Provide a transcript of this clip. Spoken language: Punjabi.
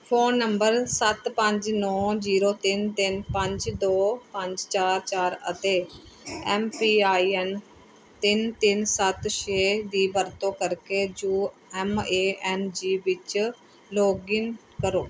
ਫ਼ੋਨ ਨੰਬਰ ਸੱਤ ਪੰਜ ਨੌਂ ਜ਼ੀਰੋ ਤਿੰਨ ਤਿੰਨ ਪੰਜ ਦੋ ਪੰਜ ਚਾਰ ਚਾਰ ਅਤੇ ਐਮ ਪੀ ਆਈ ਐਨ ਤਿੰਨ ਤਿੰਨ ਸੱਤ ਛੇ ਦੀ ਵਰਤੋਂ ਕਰਕੇ U M A N G ਵਿੱਚ ਲੌਗਇਨ ਕਰੋ